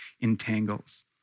entangles